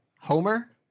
Homer